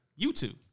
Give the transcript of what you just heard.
YouTube